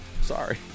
Sorry